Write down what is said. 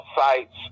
sites